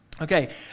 Okay